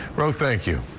roe, thank you.